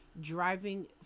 driving